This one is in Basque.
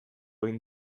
egin